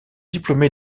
diplômé